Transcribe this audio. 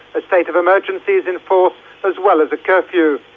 a state of emergency is in force as well as a curfew,